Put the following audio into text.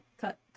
cut